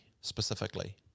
specifically